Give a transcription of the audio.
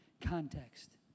context